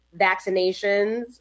vaccinations